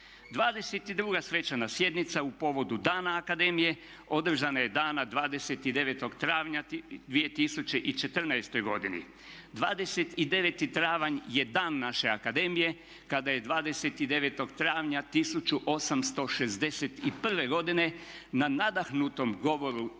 22. svečana sjednica u povodu Dana akademije održana je dana 29. travnja 2014. godine. 29. travanj je dan naše akademije kada je 29. travnja 1861. godine u nadahnutom govoru